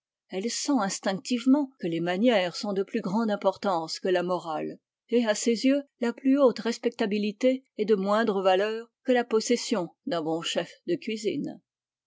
elle sent instinctivement que les manières sont de plus grande importance que la morale et à ses yeux la plus haute respectabilité est de moindre valeur que la possession d'un bon chef de cuisine